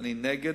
שאני נגד,